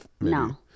No